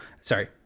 Sorry